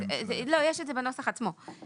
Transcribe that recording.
יש את זה בסעיף עצמו,